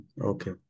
Okay